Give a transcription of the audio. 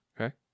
Okay